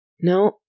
No